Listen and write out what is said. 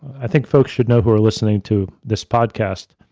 i think folks should know, who are listening to this podcast,